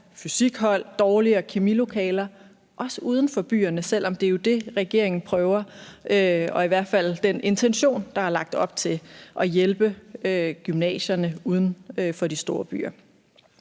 fysikhold og dårligere kemilokaler, også uden for byerne, selv om regeringen jo i hvert fald prøver og har den intention at hjælpe gymnasierne uden for de store byer.